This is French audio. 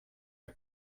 une